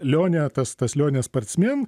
lionė tas tas lionė sparcmėn